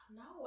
no